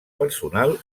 personal